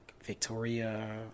Victoria